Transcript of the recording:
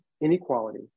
inequality